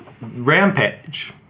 Rampage